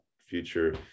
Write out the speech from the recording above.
future